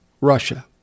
Russia